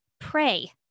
pray